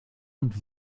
und